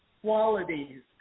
qualities